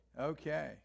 Okay